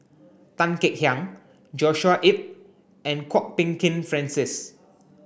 Tan Kek Hiang Joshua Ip and Kwok Peng Kin Francis